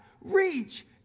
Reach